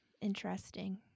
Interesting